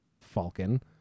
Falcon